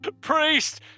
Priest